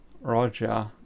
Roger